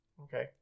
Okay